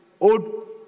Old